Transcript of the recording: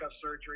surgery